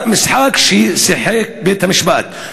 למשחק ששיחק בית-המשפט.